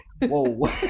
whoa